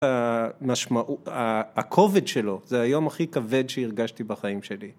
הכובד שלו, זה היום הכי כבד שהרגשתי בחיים שלי.